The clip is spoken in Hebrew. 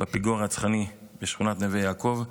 בפיגוע הרצחני בשכונת נווה יעקב,